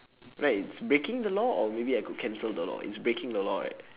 right it's breaking the law or maybe I could cancel the law it's breaking the law right